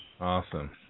Awesome